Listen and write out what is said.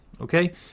Okay